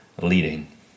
leading